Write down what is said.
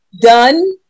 done